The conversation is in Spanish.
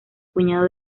puñado